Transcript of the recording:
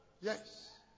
Yes